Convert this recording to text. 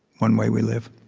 one way we live.